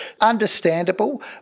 Understandable